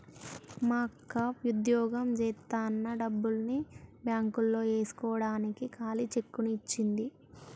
మా అక్క వుద్యోగం జేత్తన్న డబ్బుల్ని బ్యేంకులో యేస్కోడానికి ఖాళీ చెక్కుని ఇచ్చింది